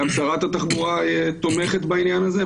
גם שרת התחבורה תומכת בעניין הזה,